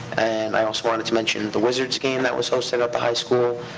and i also wanted to mention the wizards game that was hosted at the high school,